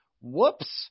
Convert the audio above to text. whoops